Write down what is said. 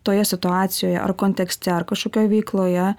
toje situacijoje ar kontekste ar kažkokioj veikloje